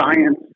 science